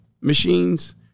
machines